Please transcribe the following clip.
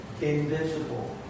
invisible